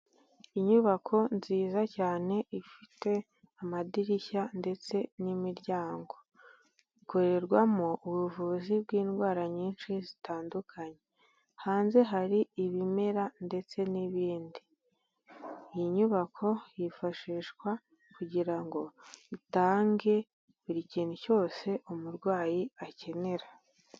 Inyubako nziza cyane ifite amadirishya ndetse n'imiryango, ikorerwamo ubuvuzi bw'indwara nyinshi zitandukanye, hanze hari ibimera ndetse n'ibindi, iyi nyubako yifashishwa kugirango itange buri kintu cyose umurwayi akenera.